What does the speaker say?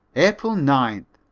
april ninth.